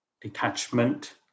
Detachment